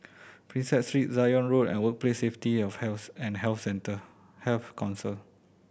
Prinsep Street Zion Road and Workplace Safety of Health and Health Centre Health Council